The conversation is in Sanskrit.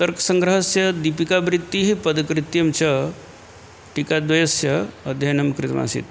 तर्कसङ्ग्रहस्य दीपिकावृत्तिः पदकृत्यं च टीकाद्वयस्य अध्ययनं कृतमासीत्